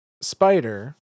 Spider